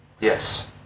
Yes